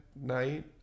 night